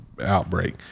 outbreak